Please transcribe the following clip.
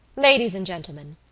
ladies and gentlemen,